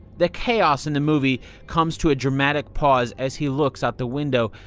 the chaos in the movie comes to a dramatic pause as he looks out the window.